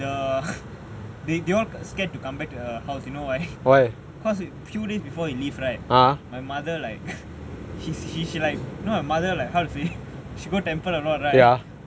the they they all scared to come back to the house you know why because few days before he leave right err my mother like he's she's like no mother how to say she go temple a lot right